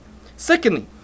Secondly